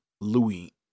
Louis